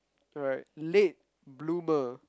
alright late bloomer